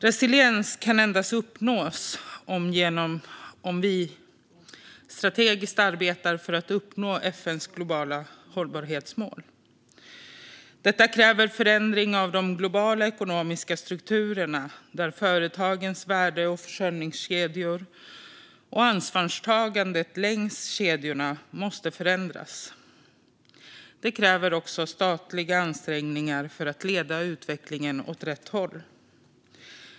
Resiliens kan endast uppnås genom att vi strategiskt arbetar för att uppnå FN:s globala hållbarhetsmål. Detta kräver en förändring av de globala ekonomiska strukturerna, där företagens värde och försörjningskedjor - och ansvarstagandet längs kedjorna - måste förändras. Det kräver också statliga ansträngningar för att leda utvecklingen åt rätt håll.